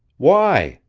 why?